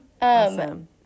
Awesome